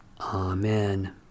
Amen